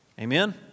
Amen